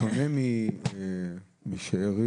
בשונה משְׁאֵר,